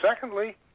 secondly